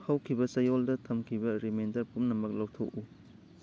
ꯍꯧꯈꯤꯕ ꯆꯌꯣꯜꯗ ꯊꯝꯈꯤꯕ ꯔꯦꯃꯦꯟꯗꯔ ꯄꯨꯝꯅꯃꯛ ꯂꯧꯊꯣꯛꯎ